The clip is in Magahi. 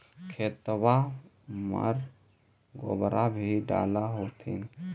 खेतबा मर गोबरो भी डाल होथिन न?